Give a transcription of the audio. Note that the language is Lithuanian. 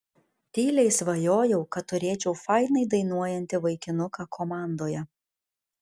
tyliai svajojau kad turėčiau fainai dainuojantį vaikinuką komandoje